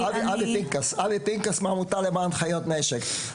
אבי פנקס מהעמותה למען חיות משק.